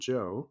Joe